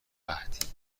قحطی